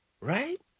Right